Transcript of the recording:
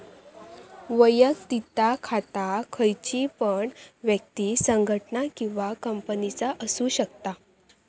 वैयक्तिक खाता खयची पण व्यक्ति, संगठना किंवा कंपनीचा असु शकता